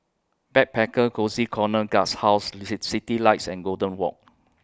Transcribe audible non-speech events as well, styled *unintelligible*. Backpacker Cozy Corner Guesthouse *unintelligible* Citylights and Golden Walk